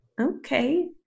okay